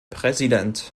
präsident